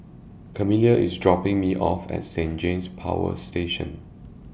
Carmela IS dropping Me off At Saint James Power Station